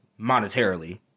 monetarily